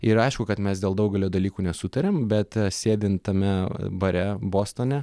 ir aišku kad mes dėl daugelio dalykų nesutarėm bet sėdint tame bare bostone